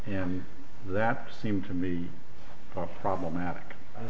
and that seemed to me problematic